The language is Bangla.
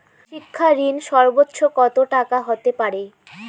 শিক্ষা ঋণ সর্বোচ্চ কত টাকার হতে পারে?